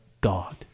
God